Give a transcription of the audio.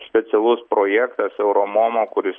specialus projektas euromomo kuris